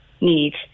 need